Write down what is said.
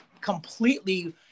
completely